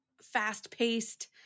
fast-paced